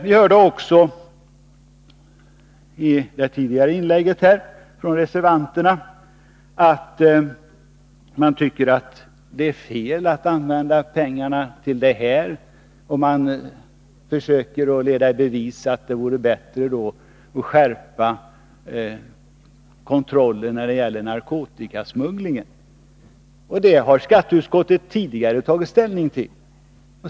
Vi hörde också i tidigare inlägg från reservanterna att de tycker att det är fel att använda pengarna till detta. Man försökte leda i bevis att det vore bättre att skärpa kontrollen när det gäller narkotikasmugglingen. Detta har skatteutskottet tidigare tagit ställning till.